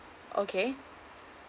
okay